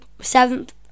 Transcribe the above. seventh